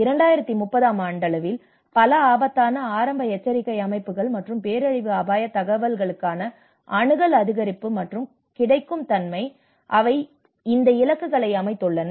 2030 ஆம் ஆண்டளவில் பல ஆபத்தான ஆரம்ப எச்சரிக்கை அமைப்புகள் மற்றும் பேரழிவு அபாயத் தகவல்களுக்கான அணுகல் அதிகரிப்பு மற்றும் கிடைக்கும் தன்மை அவை இந்த இலக்குகளை அமைத்துள்ளன